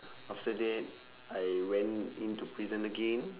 after that I went into prison again